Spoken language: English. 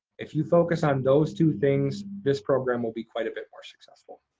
if you focus on those two things, this program will be quite a bit more successful.